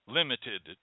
limited